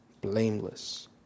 blameless